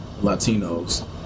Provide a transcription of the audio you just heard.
Latinos